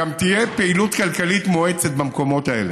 גם תהיה פעילות כלכלית מואצת במקומות האלה,